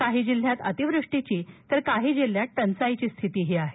काही जिल्ह्यात अतिवृष्टीची तर काही जिल्ह्यात टंचाईची स्थितीही आहे